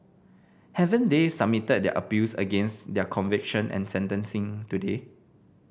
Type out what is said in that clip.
haven't they submitted their appeals against their conviction and sentencing today